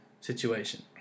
situation